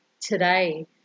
today